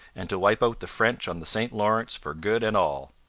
and to wipe out the french on the st lawrence for good and all.